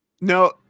No